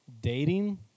dating